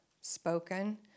spoken